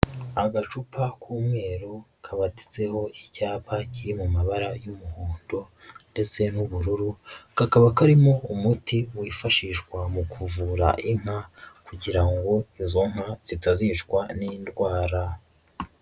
Agacupa k'umweru, kabaditseho icyapa kiri mu mabara y'umuhondo ndetse n'ubururu, kakaba karimo umuti wifashishwa mu kuvura inka, kugira ngo izo nka, zitazicwa n'indwara.